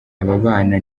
ababana